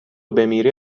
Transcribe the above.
بمیری